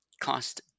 cost